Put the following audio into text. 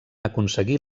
aconseguir